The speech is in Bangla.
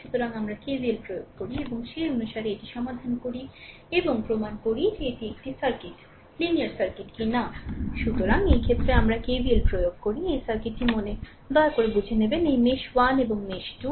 সুতরাং আমরা KVL প্রয়োগ করি এবং সেই অনুসারে এটি সমাধান করি এবং প্রমাণ করি যে এটি একটি সার্কিট লিনিয়ার কিনা সুতরাং এই ক্ষেত্রে আমরা KVL প্রয়োগ করি এই সার্কিটটি মানে দয়া করে বুঝে নেবেন এই মেশ 1 এবং মেশ 2